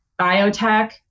biotech